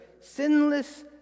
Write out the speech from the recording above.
sinless